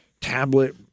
tablet